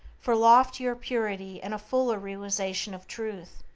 for loftier purity and a fuller realization of truth,